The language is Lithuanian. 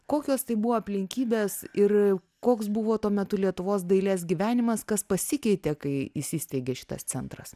kokios tai buvo aplinkybės ir koks buvo tuo metu lietuvos dailės gyvenimas kas pasikeitė kai įsisteigė šitas centras